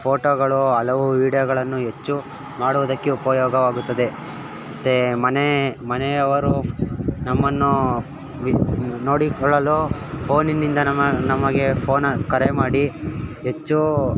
ಫೋಟೋಗಳು ಹಲವು ವೀಡಿಯೊಗಳನ್ನು ಹೆಚ್ಚು ಮಾಡೋದಕ್ಕೆ ಉಪಯೋಗವಾಗುತ್ತದೆ ಮತ್ತೆ ಮನೆ ಮನೆಯವರು ನಮ್ಮನ್ನು ವಿ ನೋಡಿಕೊಳ್ಳಲು ಫೋನಿನಿಂದ ನಮ್ಮ ನಮಗೆ ಫೋನಲ್ಲಿ ಕರೆ ಮಾಡಿ ಹೆಚ್ಚು